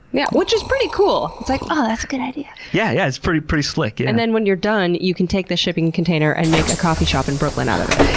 yeah which is pretty cool. it's like, oh good idea. yeah yeah it's pretty pretty slick. and then when you're done, you can take the shipping container and make a coffee shop in brooklyn out of it.